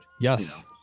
Yes